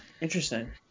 Interesting